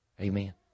Amen